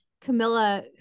Camilla